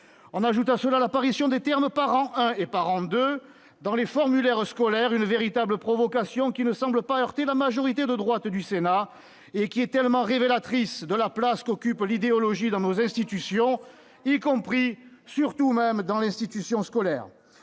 On ajoute à cela l'apparition des termes « parent 1 » et «parent 2 » dans les formulaires scolaires, une véritable provocation qui ne semble pas heurter la majorité de droite du Sénat, et qui est tellement révélatrice de la place qu'occupe l'idéologie dans nos institutions, y compris, et même surtout, au sein de l'institution scolaire.